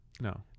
No